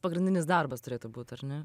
pagrindinis darbas turėtų būt ar ne